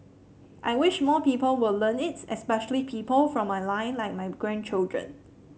I wish more people will learn it especially people from my line like my grandchildren